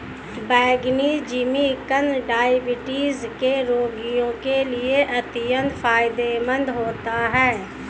बैंगनी जिमीकंद डायबिटीज के रोगियों के लिए अत्यंत फायदेमंद होता है